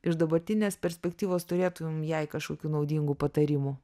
iš dabartinės perspektyvos turėtum jai kažkokių naudingų patarimų